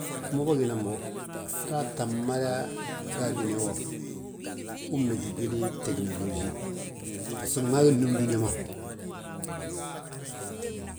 A mo bâginan bo, halaa tta mmada ga adúyaa wo uu mméti gwili gtegnoloji. Gaatu gmaa gi nnúm dúniyaa ma.